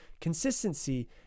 Consistency